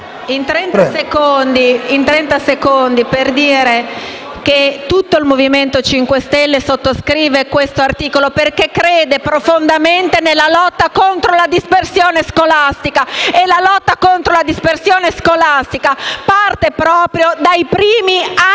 trenta secondi, per dire che tutto il Movimento 5 Stelle sottoscrive questo emendamento, perché crede profondamente nella lotta contro la dispersione scolastica. E la lotta contro la dispersione scolastica parte proprio dai primi anni